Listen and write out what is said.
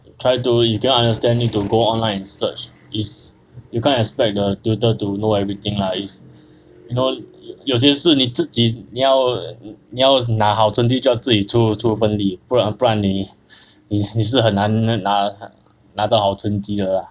try to if you cannot understand need to go online and search is you can't expect the tutor to know everything lah is you know 有些事你自己你要你要拿好成绩就要自己做出出一份力不然不然你你是很难拿拿到好成绩的 lah